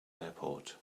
airport